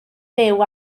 fyw